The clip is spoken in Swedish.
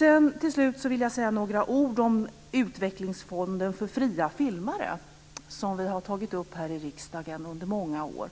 Jag vill till sist säga några ord om förslaget om en utvecklingsfond för fria filmare, som vi har diskuterat här i riksdagen under många år.